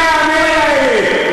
הדרך לעתיד של שני העמים האלה,